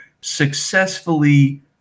successfully